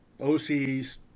OCs